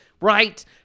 right